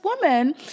woman